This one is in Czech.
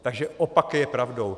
Takže opak je pravdou.